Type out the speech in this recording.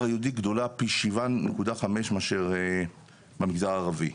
היהודי גדולה פי שבעה נקודה חמש מאשר במגזר הערבי.